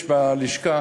יש בלשכה